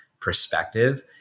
perspective